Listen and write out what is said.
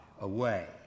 away